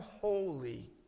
holy